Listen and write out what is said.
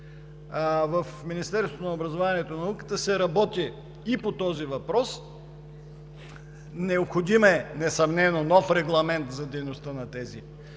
В Министерството на образованието и науката се работи и по този въпрос. Необходим е несъмнено нов регламент за дейността на тези